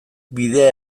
bidea